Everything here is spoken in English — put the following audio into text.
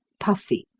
puffy,